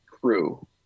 crew